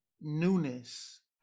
newness